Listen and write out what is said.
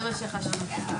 תודה רבה לכולם.